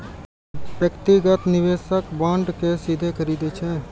व्यक्तिगत निवेशक बांड कें सीधे खरीदै छै